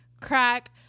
crack